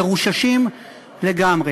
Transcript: מרוששים לגמרי.